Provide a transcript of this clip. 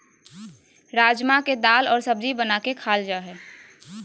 राजमा के दाल और सब्जी बना के खाल जा हइ